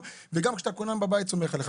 וגם כשאתה כונן בבית אני סומך עליך.